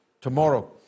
tomorrow